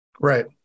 Right